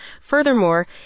Furthermore